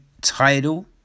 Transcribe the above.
title